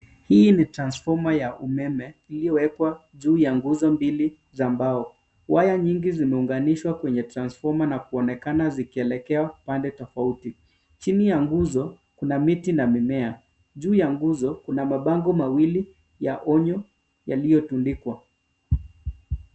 Hii ni transfoma ya umeme, iliyowekwa juu ya nguzo mbili za mbao. Waya nyingi zimeunganishwa kwenye transfoma na kuonekana zikielekea pande tofauti. Chini ya nguzo, kuna miti na mimea. Juu ya nguzo, kuna mabango mawili ya onyo yaliyotundikwa.